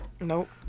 Nope